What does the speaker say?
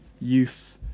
youth